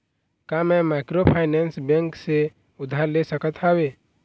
का मैं microfinance bank से उधार ले सकत हावे?